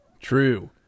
True